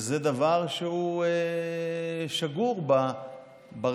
זה דבר שהוא שגור ברחוב,